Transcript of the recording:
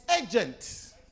agent